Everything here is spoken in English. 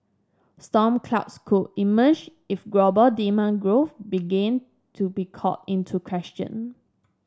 storm clouds could emerge if global demand growth begin to be called into question